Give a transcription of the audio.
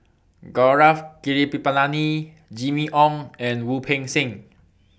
Gaurav Kripalani Jimmy Ong and Wu Peng Seng